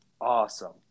awesome